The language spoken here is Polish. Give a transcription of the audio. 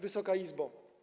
Wysoka Izbo!